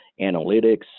analytics